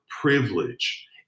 privilege